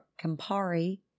Campari